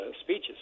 speeches